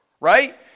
Right